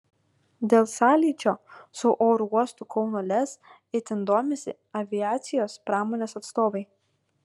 dėl sąlyčio su oro uostu kauno lez itin domisi aviacijos pramonės atstovai